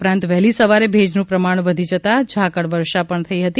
ઉપરાંત વહેલી સવારે ભેજનું પ્રમાણ વધી જતા ઝાકળ વર્ષા પણ થઈ હતી